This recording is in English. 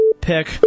Pick